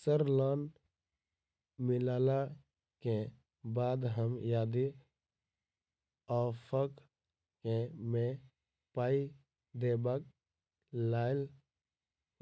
sir loan मिलला केँ बाद हम यदि ऑफक केँ मे पाई देबाक लैल